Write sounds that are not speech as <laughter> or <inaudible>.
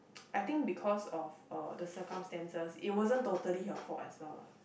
<noise> I think because of uh the circumstances it wasn't totally your fault as well lah